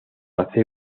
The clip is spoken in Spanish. hacer